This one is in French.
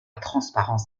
transparence